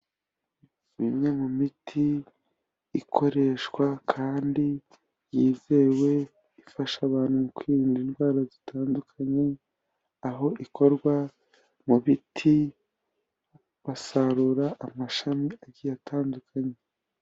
Bimwe mu miti ikoreshwa kandi yizewe ifasha abantu kwirinda indwara zitandukanye, aho ikorwa mu biti, basarura amashami agiye atandukanye.